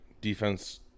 Defense